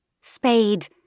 Spade